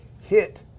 hit